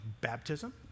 baptism